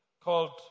called